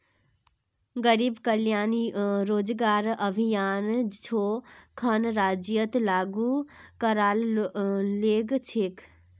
गरीब कल्याण रोजगार अभियान छो खन राज्यत लागू कराल गेल छेक